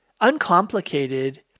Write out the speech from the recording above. uncomplicated